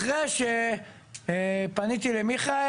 אחרי שפניתי למיכאל,